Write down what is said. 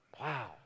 Wow